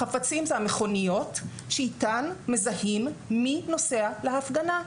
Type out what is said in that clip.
החפצים אלה המכוניות שאיתן מזהים מי נוסע להפגנה.